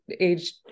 age